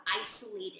isolated